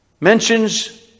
mentions